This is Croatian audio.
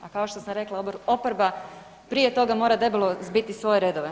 A kao što sam rekla oporba prije toga mora debelo zbiti svoje redove.